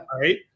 Right